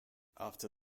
after